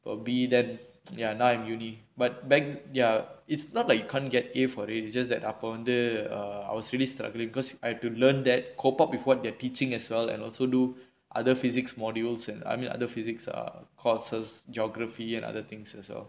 for be then ya now in university but back ya it's not like you can't get a for it it's just that அப்ப வந்து:appa vanthu I was really struggling because I do to learn that cope up with what they're teaching as well and also do other physics modules and I mean other physics err courses geography and other things also